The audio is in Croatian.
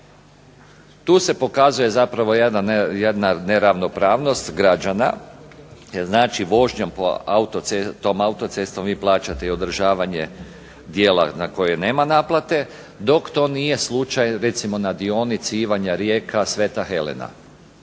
Tu se pokazuje zapravo jedna neravnopravnost građana jer znači vožnjom tom autocestom vi plaćate i održavanje dijela na kojem nema naplate dok to nije slučaj recimo na dionici Ivanja Reka-Sveta Helena.